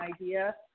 idea